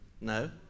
No